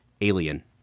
Alien